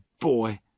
boy